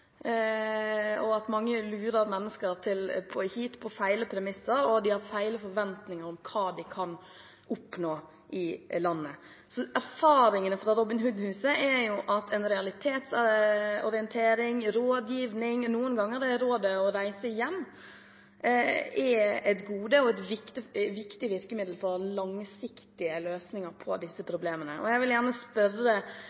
premisser, og de har feil forventninger om hva de kan oppnå i landet. Så erfaringene fra Robin Hood Huset er jo at en realitetsorientering, en rådgivning – noen ganger er rådet å reise hjem – er et gode og et viktig virkemiddel for å få til langsiktige løsninger på disse